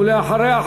ואחריה,